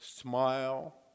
smile